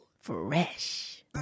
fresh